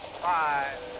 Five